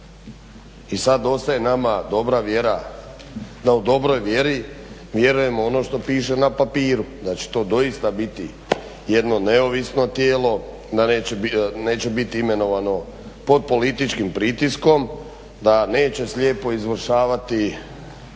I sad ostaje nama dobra vjera, da u dobroj vjeri vjerujemo ono što piše na papiru da će to doista biti jedno neovisno tijelo, neće biti imenovano pod političkim pritiskom, da neće slijepo izvršavati